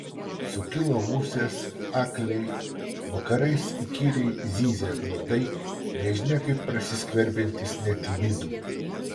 sukilo musės akliai vakarais įkyriai zyzė uodai nežinia kaip prasiskverbiantys net į vidų